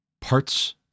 parts